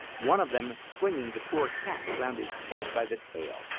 one of them swinging the poor cat round his head by the tail.